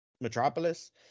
Metropolis